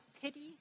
pity